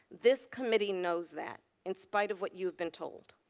this committee knows that. in spite of what you have been told.